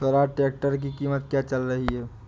Swaraj tractor की कीमत क्या चल रही है?